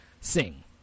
sing